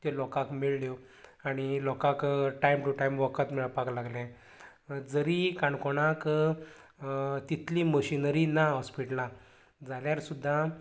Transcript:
त्यो लोकांक मेळळ्यो आनीक लोकांक टायम टू टायम वखद मेळपाक लागलें जरी काणकोणांत तितली मशिनरी ना हाॅस्पिटलांत जाल्यार सुद्दां